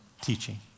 teaching